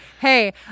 Hey